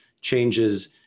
changes